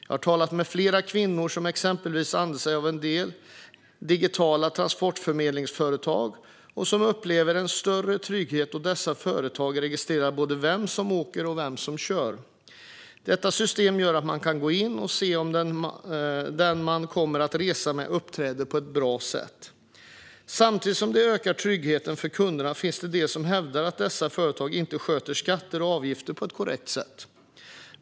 Jag har talat med flera kvinnor som exempelvis använder sig av en del digitala transportförmedlingsföretag och som upplever en större trygghet då dessa företag registrerar både vem som åker och vem som kör. Detta system gör att man kan gå in och se om den man kommer att resa med uppträder på ett bra sätt. Samtidigt som detta ökar tryggheten för kunderna finns det de som hävdar att dessa företag inte sköter skatter och avgifter på ett korrekt sätt.